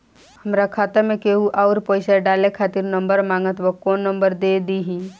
हमार खाता मे केहु आउर पैसा डाले खातिर नंबर मांगत् बा कौन नंबर दे दिही?